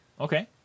okay